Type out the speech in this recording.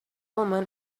women